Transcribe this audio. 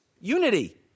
unity